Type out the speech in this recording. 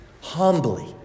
humbly